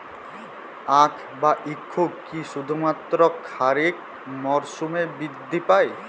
আখ বা ইক্ষু কি শুধুমাত্র খারিফ মরসুমেই বৃদ্ধি পায়?